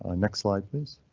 ah next slide please.